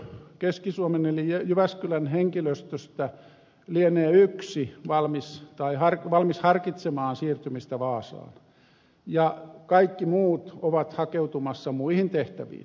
keski suomen eli jyväskylän henkilöstöstä lienee yksi valmis harkitsemaan siirtymistä vaasaan ja kaikki muut ovat hakeutumassa muihin tehtäviin